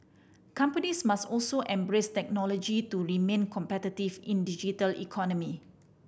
companies must also embrace technology to remain competitive in digital economy